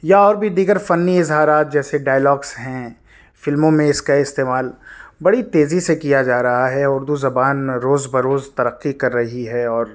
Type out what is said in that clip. یا اور بھی دیگر فنی اظہارات جیسے ڈائیلاگس ہیں فلموں میں اس کا استعمال بڑی تیزی سے کیا جا رہا ہے اردو زبان روز بروز ترقی کر رہی ہے اور